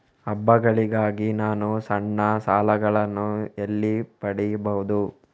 ಹಬ್ಬಗಳಿಗಾಗಿ ನಾನು ಸಣ್ಣ ಸಾಲಗಳನ್ನು ಎಲ್ಲಿ ಪಡಿಬಹುದು?